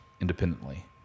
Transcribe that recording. independently